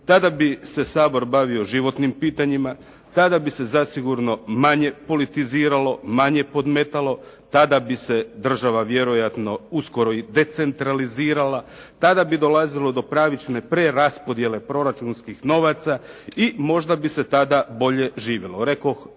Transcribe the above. tada bi se Sabor bavio životnim pitanjima, tada bi se zasigurno manje politiziralo, manje podmetalo, tada bi se država vjerojatno uskoro i decentralizirala, tada bi dolazilo do pravične preraspodjele proračunskih novaca i možda bi se tada bolje živjelo. Rekoh